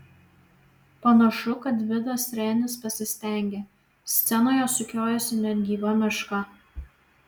panašu kad gvidas renis pasistengė scenoje sukiojasi net gyva meška